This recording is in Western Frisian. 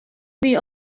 wie